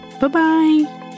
Bye-bye